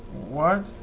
what?